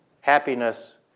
happiness